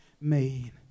made